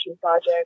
project